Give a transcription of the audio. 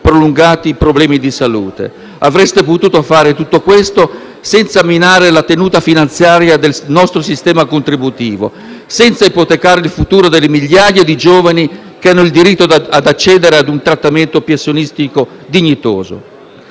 prolungati problemi di salute. Avreste potuto fare tutto questo senza minare la tenuta finanziaria del nostro sistema contributivo, senza ipotecare il futuro delle migliaia di giovani che hanno il diritto di accedere a un trattamento pensionistico dignitoso.